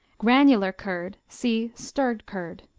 granular curd see stirred curd.